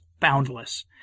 boundless